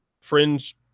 fringe